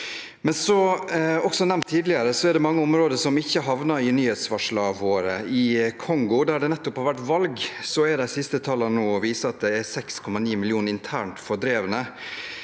det mange områder som ikke havner i nyhetsvarslene våre. I Kongo, der det nettopp har vært valg, viser de siste tallene nå at det er 6,9 millioner internt fordrevne.